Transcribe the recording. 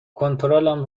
کنترلم